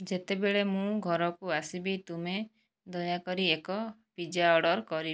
ଯେତେବେଳେ ମୁଁ ଘରକୁ ଆସିବି ତୁମେ ଦୟାକରି ଏକ ପିଜା ଅର୍ଡର କରିପାରିବ